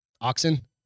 Oxen